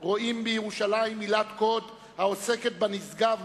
רואים בירושלים מילת קוד העוסקת בנשגב,